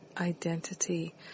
identity